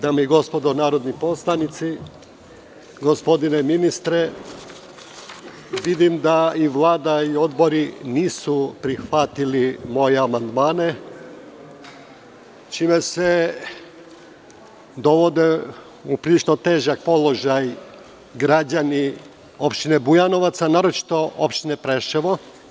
Dame i gospodo narodni poslanici, gospodine ministre, vidim da i Vlada i odbori nisu prihvatili moje amandmane, čime se dovode u prilično težak položaj građani opštine Bujanovac, a naročito opštine Preševo.